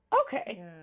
okay